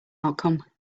outcome